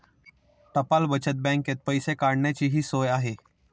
टपाल बचत बँकेत पैसे काढण्याचीही सोय आहे